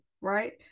right